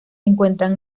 encuentran